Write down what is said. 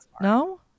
no